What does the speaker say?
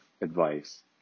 advice